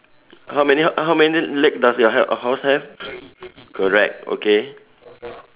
how many how many legs does your h~ horse have correct okay